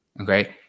Okay